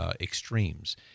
Extremes